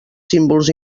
símbols